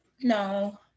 no